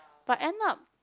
but end up